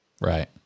right